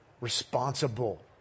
responsible